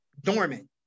dormant